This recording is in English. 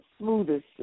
smoothest